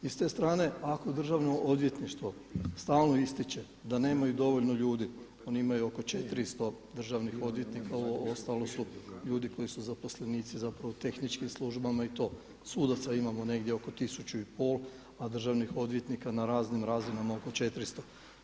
I ste strane ako Državno odvjetništvo stalno ističe da nemaju dovoljno ljudi, oni imaju oko 400 državnih odvjetnika ovo ostalo su ljudi koji su zaposlenici, zapravo u tehničkim službama i to, sudaca imamo negdje oko 1500, a državnih odvjetnika na raznim razinama oko 400.